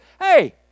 Hey